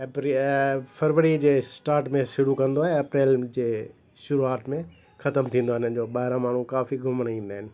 अप्रै फरवरी जे स्टार्ट में शुरू कंदो ऐं एप्रैल जे शुरूआति में ख़तमु थींदो इन्हनि जो ॿाहिरां माण्हू काफ़ी घुमणु ईंदा आहिनि